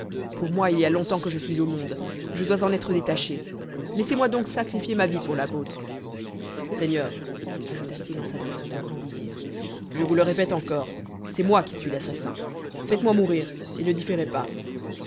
pour moi il y a longtemps que je suis au monde je dois en être détaché laissez-moi donc sacrifier ma vie pour la vôtre seigneur ajouta-t-il en s'adressant au grand vizir je vous le répète encore c'est moi qui suis l'assassin faites-moi mourir et ne différez pas